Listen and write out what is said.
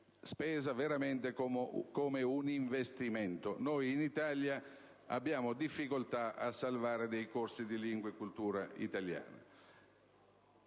spesa come un investimento, mentre in Italia abbiamo difficoltà a salvare i corsi di lingua e cultura italiane.